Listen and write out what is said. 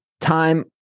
Time